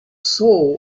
soul